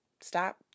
Stop